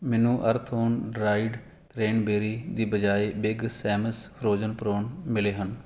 ਮੈਨੂੰ ਅਰਥੋਨ dried cranberry ਦੀ ਬਜਾਏ ਬਿਗ ਸੈਮਸ ਫਰੋਜ਼ਨ ਪ੍ਰੌਨ ਮਿਲੇ ਹਨ